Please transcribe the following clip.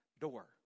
door